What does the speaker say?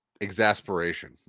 exasperation